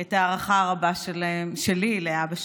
את ההערכה הרבה שלי לאבא שלהם.